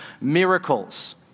miracles